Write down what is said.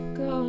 go